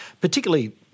particularly